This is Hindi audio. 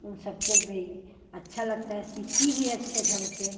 उन सबको भी अच्छा लगता है सीखती भी हैं अच्छे ढंग से